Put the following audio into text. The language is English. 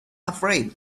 afraid